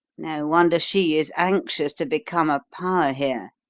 no wonder she is anxious to become a power here.